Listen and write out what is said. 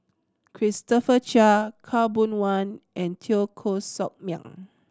Christopher Chia Khaw Boon Wan and Teo Koh Sock Miang